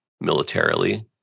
militarily